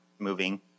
Moving